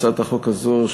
הצעת החוק הזאת,